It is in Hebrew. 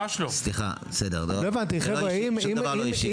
סליחה , חבר'ה שום דבר לא אישי חבר'ה.